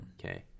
Okay